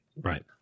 Right